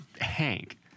Hank